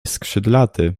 skrzydlaty